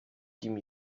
kim